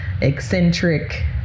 eccentric